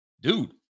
dude